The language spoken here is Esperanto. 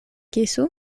kisu